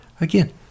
Again